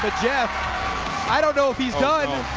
but jeff i don't know if he's done.